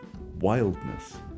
wildness